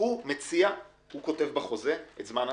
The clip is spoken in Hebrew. כלומר הוא כותב בחוזה זמן אחריות.